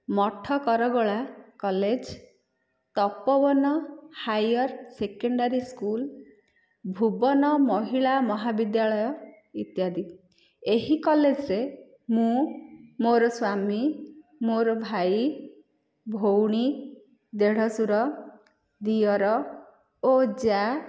Mathakargola college Tapoban higher secondary school Bhuban ମହିଳା ମହାବିଦ୍ୟାଳୟ ଇତ୍ୟାଦି ଏହି କଲେଜ୍ରେ ମୁଁ ମୋର ସ୍ୱାମୀ ମୋର ଭାଇ ଭଉଣୀ ଦେଢ଼ଶୁର ଦିଅର ଓ ଯାଆ